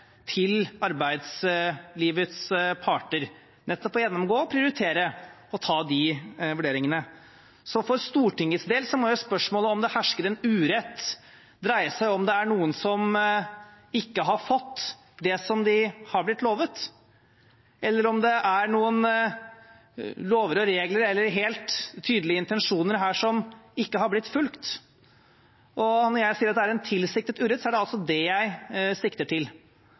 til arbeidslivets parter for å gjennomgå og prioritere og ta disse vurderingene. For Stortingets del må spørsmålet om det hersker en urett, dreie seg om det er noen som ikke har fått det som de har blitt lovet, eller om det er noen lover og regler eller helt tydelige intensjoner som ikke har blitt fulgt. Og når jeg sier det er en tilsiktet urett, er det altså det jeg sikter til.